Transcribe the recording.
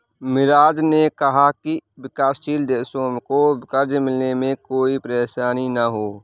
मिराज ने कहा कि विकासशील देशों को कर्ज मिलने में कोई परेशानी न हो